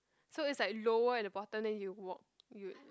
so is like lower at the bottom then you walk you